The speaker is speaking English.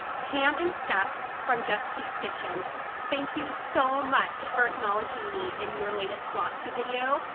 pam and steph from just keep stitchin' thank you so much for acknowledging me in your latest flosstube video.